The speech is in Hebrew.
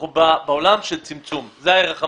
אנחנו בעולם של צמצום, זה הערך המקודש.